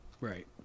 right